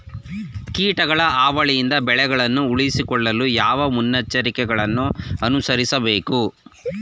ಕೀಟಗಳ ಹಾವಳಿಯಿಂದ ಬೆಳೆಗಳನ್ನು ಉಳಿಸಿಕೊಳ್ಳಲು ಯಾವ ಮುನ್ನೆಚ್ಚರಿಕೆಗಳನ್ನು ಅನುಸರಿಸಬೇಕು?